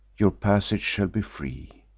your passage shall be free,